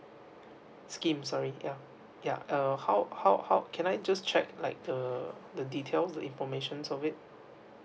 scheme sorry yeah yeah uh how how how can I just check like the the details or information of it